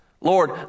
Lord